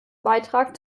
beitrag